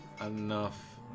enough